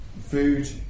food